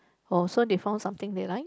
oh so they found something they like